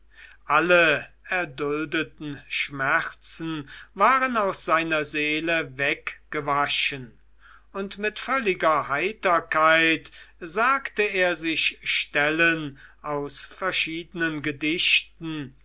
all erduldeten schmerzen waren aus seiner seele weggewaschen und mit völliger heiterkeit sagte er sich stellen aus verschiedenen gedichten